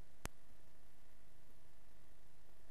המאמצים